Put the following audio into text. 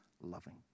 loving